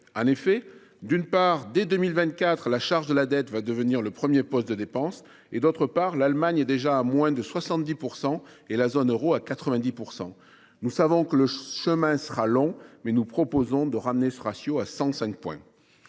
En effet, d’une part, dès 2024, la charge de la dette va devenir le premier poste de dépense ; d’autre part, la dette de l’Allemagne s’établit déjà à moins de 70 %, et celle de la zone euro à 90 %. Nous savons que le chemin sera long, mais nous proposons de ramener ce ratio à 105 points.